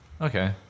Okay